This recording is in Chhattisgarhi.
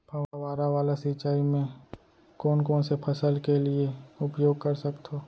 फवारा वाला सिंचाई मैं कोन कोन से फसल के लिए उपयोग कर सकथो?